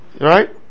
right